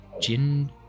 Jin